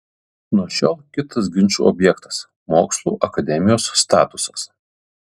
nuo šiol kitas ginčų objektas mokslų akademijos statusas